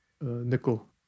nickel